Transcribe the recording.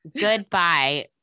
Goodbye